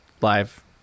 live